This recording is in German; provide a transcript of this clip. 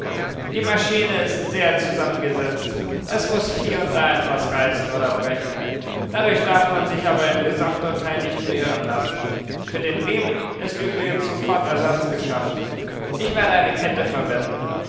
die maschine ist sehr zusammengesetzt es muß hie und da etwas reißen oder brechen dadurch darf man sich aber im gesamturteil nicht beirren lassen für den riemen ist übrigens sofort ersatz geschafft ich werde eine kette verwenden